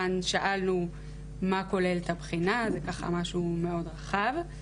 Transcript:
כאן שאלנו מה כוללת הבחינה, זה משהו מאוד רחב.